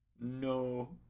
No